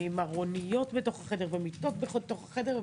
עם ארוניות בתוך החדר ומיטות בתוך החדר,